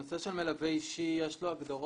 הנושא של מלווה אישי, יש לו הגדרות.